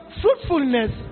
fruitfulness